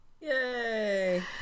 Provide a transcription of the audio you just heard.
Yay